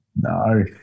no